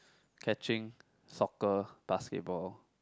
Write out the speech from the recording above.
catching soccer basketball